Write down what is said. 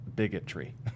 bigotry